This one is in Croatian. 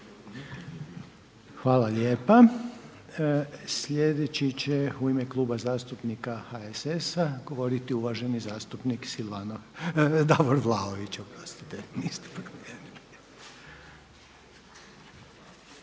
Hvala lijepa. Sljedeći će u ime Kluba zastupnika HSS-a govoriti uvaženi zastupnik Silvano Hrelja, Davor Vlaović.